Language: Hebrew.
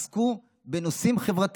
רובם ככולם עסקו בנושאים חברתיים.